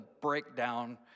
breakdown